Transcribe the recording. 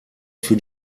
für